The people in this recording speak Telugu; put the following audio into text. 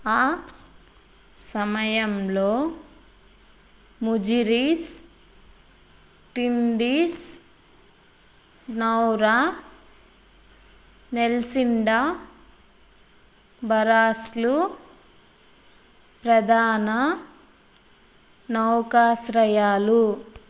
ఆ సమయంలో ముజిరీస్ టిండీస్ నౌరా నెల్సిండా బరాస్లు ప్రధాన నౌకాశ్రయాలు